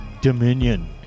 dominion